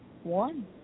One